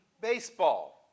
baseball